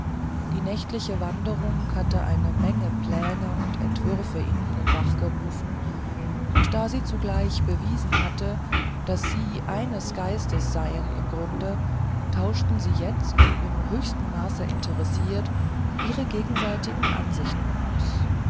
die nächtliche wanderung hatte eine menge pläne und entwürfe in ihnen wachgerufen und da sie zugleich bewiesen hatte daß sie eines geistes seien im grunde tauschten sie jetzt im höchsten maße interessiert ihre gegenseitigen ansichten aus